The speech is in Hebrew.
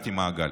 וסגרתי מעגל.